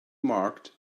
marked